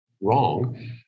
wrong